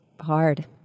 hard